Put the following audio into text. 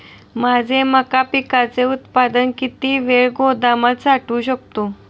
माझे मका पिकाचे उत्पादन किती वेळ गोदामात साठवू शकतो?